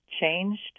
changed